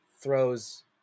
throws